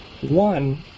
one